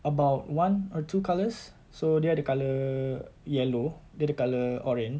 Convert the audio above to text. about one or two colours so dia ada colour yellow dia ada colour oren